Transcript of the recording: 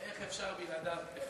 איך אפשר בלעדיו?